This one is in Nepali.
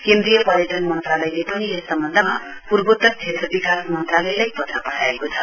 केन्द्रीय पर्यटन मन्त्रालयले पनि यस सम्वन्धमा पूर्वोत्तर क्षेत्र विकास मन्त्रालयलाई पत्र पठाएको छ